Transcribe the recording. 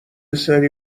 سری